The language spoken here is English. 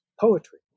poetry